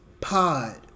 pod